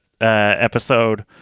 episode